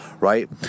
right